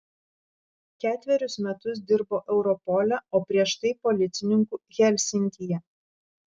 ketverius metus dirbo europole o prieš tai policininku helsinkyje